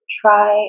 try